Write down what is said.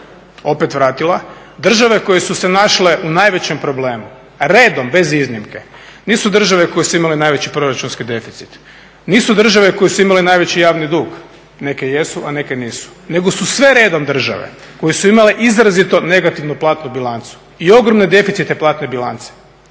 opet vratila, države koje su se našle u najvećem problemu redom bez iznimke nisu države koje su imale najveći proračunski deficit, nisu države koje su imale najveći javni dug, neke jesu a neke nisu, nego su sve redom države koje su imale izrazito negativnu platnu bilancu i ogromne deficite platne bilance